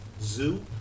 zoo